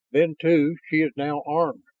then, too, she is now armed,